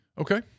Okay